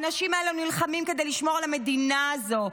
האנשים האלו נלחמים כדי לשמור על המדינה הזו.